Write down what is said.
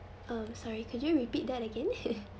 um sorry could you repeat that again